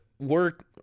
work